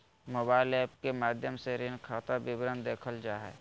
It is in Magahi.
मोबाइल एप्प के माध्यम से ऋण खाता विवरण देखल जा हय